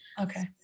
okay